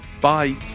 Bye